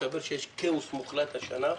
מסתבר שיש כאוס תקציבי